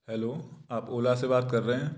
hello आप ओला से बात कर रहे हैं